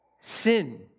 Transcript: sin